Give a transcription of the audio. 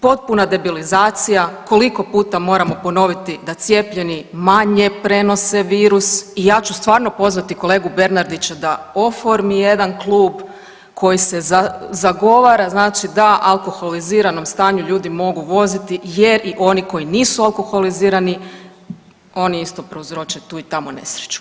Potpuna debilizacija, koliko puta moramo ponoviti da cijepljeni manje prenose virus i ja ću stvarno pozvati kolegu Bernardića da oformi jedan klub koji se zagovara, znači da u alkoholiziranom stanju ljudi mogu voziti jer i oni koji nisu alkoholizirani oni isto prouzroče tu i tamo nesreću.